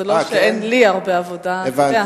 זה לא שאין לי הרבה עבודה, אתה יודע.